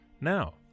Now